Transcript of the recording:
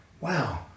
wow